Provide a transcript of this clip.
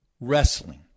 wrestling